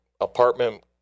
apartment